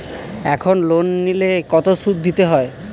এখন লোন নিলে কত সুদ দিতে হয়?